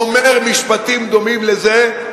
אומר משפטים דומים לזה,